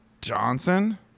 Johnson